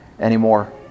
Anymore